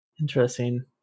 Interesting